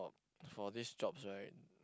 for for these jobs right